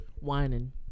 Whining